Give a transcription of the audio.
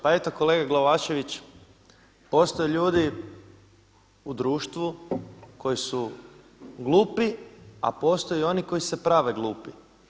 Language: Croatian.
Pa eto kolega Glavašević, postoje ljudi u društvu koji su glupi, a postoji oni koji se prave glupi.